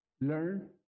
learn